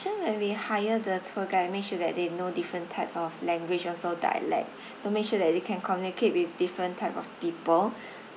sure when we hire the tour guide make sure that they know different type of language also dialect to make sure that they can communicate with different type of people